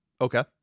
Okay